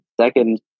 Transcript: second